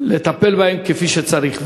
לטפל בו כמו שצריך,